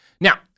Now